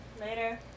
Later